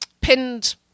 pinned